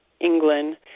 England